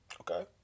Okay